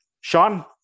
Sean